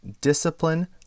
Discipline